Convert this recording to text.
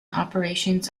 operations